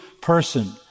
person